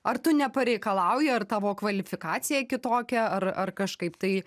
ar tu nepareikalauji ar tavo kvalifikacija kitokia ar ar kažkaip tai